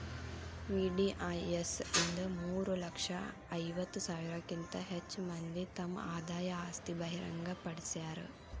VDIS ಇಂದ ಮೂರ ಲಕ್ಷ ಐವತ್ತ ಸಾವಿರಕ್ಕಿಂತ ಹೆಚ್ ಮಂದಿ ತಮ್ ಆದಾಯ ಆಸ್ತಿ ಬಹಿರಂಗ್ ಪಡ್ಸ್ಯಾರ